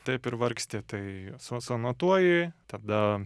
taip ir vargsti tai su suanotuoji tada